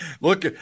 look